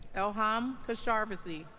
elham um keshavarzi